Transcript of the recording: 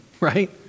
right